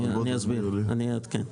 אני אסביר ואעדכן.